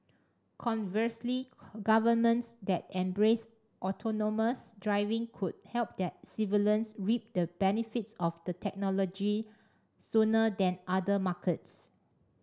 conversely governments that embrace autonomous driving could help their civilians reap the benefits of the technology sooner than other markets